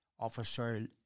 officer